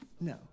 No